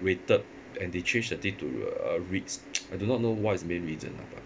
weighted and they change the thing to uh REITs I do not know what is the main reason lah but